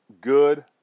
good